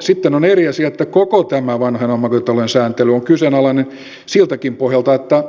sitten on eri asia että koko tämä vanhojen omakotitalojen sääntely on kyseenalainen siltäkin pohjalta että